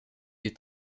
des